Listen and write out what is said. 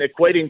equating